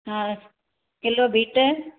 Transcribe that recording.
हा kilo beet